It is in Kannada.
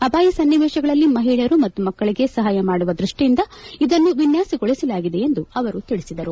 ಆಪಾಯ ಸನ್ನಿವೇಶಗಳಲ್ಲಿ ಮಹಿಳೆಯರು ಮತ್ತು ಮಕ್ಕಳಿಗೆ ಸಹಾಯ ಮಾಡುವ ದೃಷ್ಟಿಯಿಂದ ಇದನ್ನು ವಿನ್ಯಾಸಗೊಳಿಸಲಾಗಿದೆ ಎಂದು ಅವರು ತಿಳಿಸಿದರು